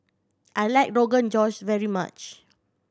I like Rogan Josh very much